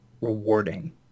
rewarding